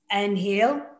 inhale